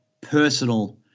personal